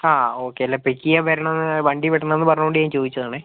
ആ ഓക്കേ അല്ല പിക്ക് ചെയ്യാൻ വരണോയെന്ന് വണ്ടി വിടണം എന്നു പറഞ്ഞതുകൊണ്ട് ഞാൻ ചോദിച്ചത് ആണ്